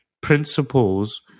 principles